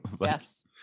Yes